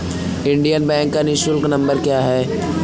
Indian bank का निःशुल्क number क्या है?